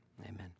amen